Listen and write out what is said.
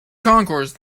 concourse